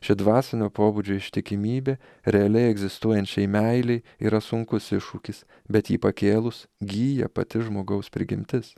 ši dvasinio pobūdžio ištikimybė realiai egzistuojančiai meilei yra sunkus iššūkis bet jį pakėlus gyja pati žmogaus prigimtis